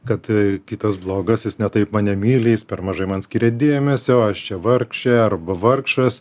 kad kitas blogas jis ne taip mane myli jis per mažai man skiria dėmesio aš čia vargšė arba vargšas